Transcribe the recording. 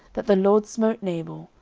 that the lord smote nabal,